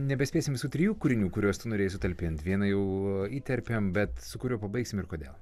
nebespėsim visų trijų kūrinių kuriuos norės sutalpint vieną jau įterpėm bet su kuriuo pabaigsim ir kodėl